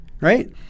Right